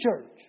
church